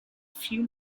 few